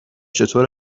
چطور